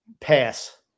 Pass